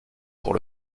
pour